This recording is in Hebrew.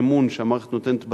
האמון שהמערכת נותנת בתלמידים,